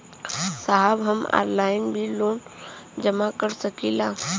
साहब हम ऑनलाइन भी लोन जमा कर सकीला?